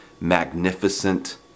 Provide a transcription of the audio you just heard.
magnificent